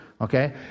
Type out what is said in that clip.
Okay